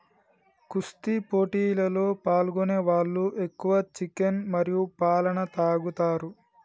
కుస్తీ పోటీలలో పాల్గొనే వాళ్ళు ఎక్కువ చికెన్ మరియు పాలన తాగుతారు